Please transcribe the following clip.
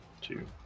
two